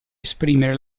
esprimere